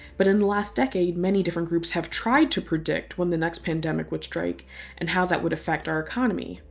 but in the last decade, many different groups have tried to predict when the next pandemic would strike and how that would affect our economy.